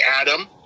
Adam